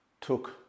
took